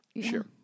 Sure